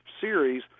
series